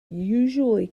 usually